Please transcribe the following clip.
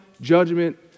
judgment